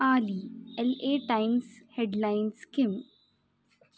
आली L A Times headlines किम्